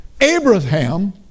Abraham